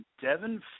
Devin